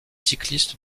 cycliste